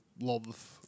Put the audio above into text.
love